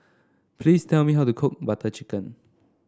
please tell me how to cook Butter Chicken